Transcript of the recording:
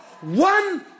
One